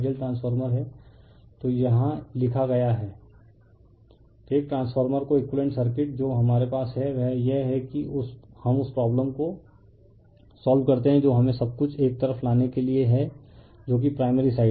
refer slide time 2301 तो एक transformer का एकुइवेलेंट सर्किट जो हमारे पास है वह यह है कि हम उस प्रॉब्लम को सोल्व करते हैं जो हमें सब कुछ एक तरफ लाने के लिए है जो कि प्राइमरी साइड है